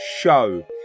show